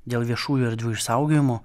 dėl viešųjų erdvių išsaugojimo